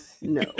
no